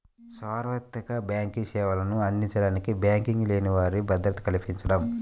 సార్వత్రిక బ్యాంకింగ్ సేవలను అందించడానికి బ్యాంకింగ్ లేని వారికి భద్రత కల్పించడం